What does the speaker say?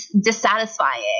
dissatisfying